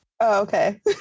Okay